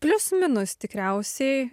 plius minus tikriausiai